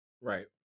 Right